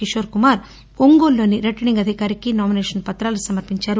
కిషోర్కుమార్ ఒంగోలులోని రిటర్నింగ్ అధికారికి నామినేషన్ పతాలు సమర్పించారు